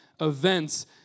events